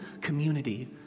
community